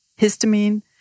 histamine